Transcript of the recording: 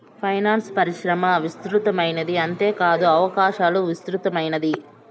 finance పరిశ్రమ విస్తృతమైనది అంతేకాదు అవకాశాలు విస్తృతమైనది